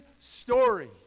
story